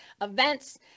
events